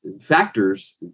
factors